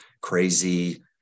crazy